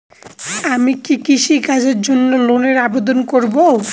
আমি কি কৃষিকাজের জন্য লোনের আবেদন করব?